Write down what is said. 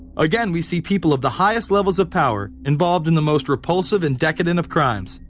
again we see people of the highest levels of power. involved in the most repulsive and decadent of crimes.